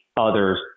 others